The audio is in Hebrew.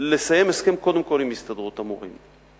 לסיים הסכם קודם כול עם ההסתדרות הכללית,